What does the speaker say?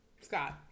Scott